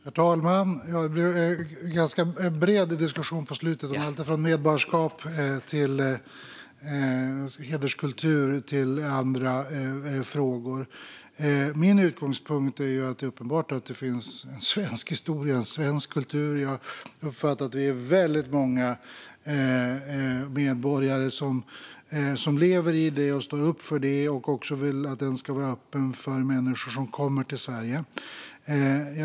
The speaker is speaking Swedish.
Herr talman! Det blev en ganska bred diskussion på slutet om allt från medborgarskap till hederskultur och andra frågor. Min utgångspunkt är att det är uppenbart att det finns en svensk historia och en svensk kultur. Jag uppfattar att vi är väldigt många medborgare som lever i den, som står upp för den och som även vill att den ska vara öppen för människor som kommer till Sverige.